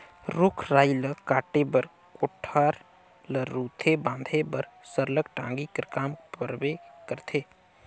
रूख राई ल काटे बर, कोठार ल रूधे बांधे बर सरलग टागी कर काम परबे करथे